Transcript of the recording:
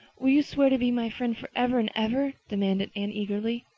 will you swear to be my friend forever and ever? demanded anne eagerly.